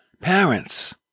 parents